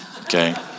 okay